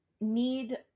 need